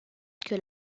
que